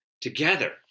together